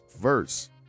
verse